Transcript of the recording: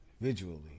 visually